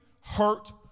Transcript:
hurt